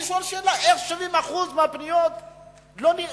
אני שואל שאלה, איך 70% מהפניות נדחות?